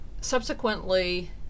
subsequently